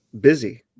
Busy